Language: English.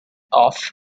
off